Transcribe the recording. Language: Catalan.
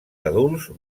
adults